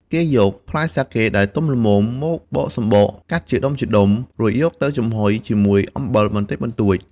គេយកផ្លែសាកេដែលទុំល្មម មកបកសំបក កាត់ជាដុំៗ រួចយកទៅចំហុយជាមួយអំបិលបន្តិចបន្តួច។